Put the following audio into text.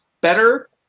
better